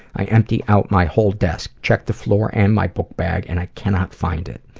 i empty out my whole desk, check the floor and my bookbag and i cannot find it.